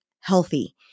healthy